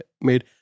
made